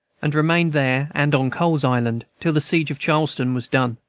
and remained there and on cole's island till the siege of charleston was done.